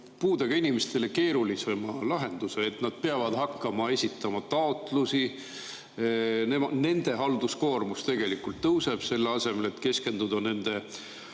puudega inimestele keerulisema lahenduse, et nad peavad hakkama esitama taotlusi, nende halduskoormus tegelikult tõuseb, selle asemel et keskenduda nende